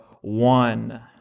one